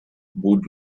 would